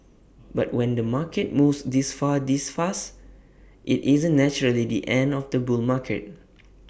but when the market moves this far this fast IT isn't naturally the end of the bull market